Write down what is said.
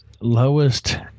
lowest